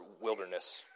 wilderness